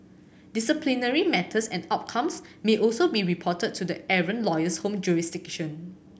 disciplinary matters and outcomes may also be reported to the errant lawyer's home jurisdiction